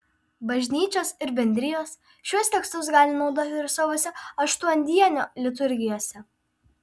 bažnyčios ir bendrijos šiuos tekstus gali naudoti ir savose aštuondienio liturgijose